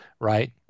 right